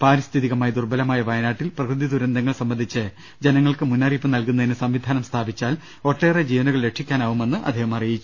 പാരിസ്ഥിതികമായി ദുർബലമായ വയനാട്ടിൽ പ്രകൃതി ദുരന്തങ്ങൾ സംബന്ധിച്ച് ജനങ്ങൾക്ക് മുന്നറി യിപ്പ് നൽകുന്നതിന് സംവിധാനം സ്ഥാപിച്ചാൽ ഒട്ടേറെ ജീവനുകൾ രക്ഷിക്കാനാ വുമെന്ന് അദ്ദേഹം അറിയിച്ചു